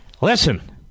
Listen